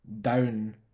down